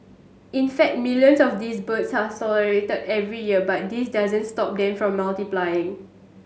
in fact millions of these birds are slaughtered every year but this doesn't stop them from multiplying